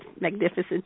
magnificent